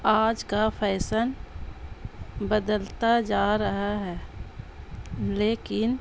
آج کا فیشن بدلتا جا رہا ہے لیکن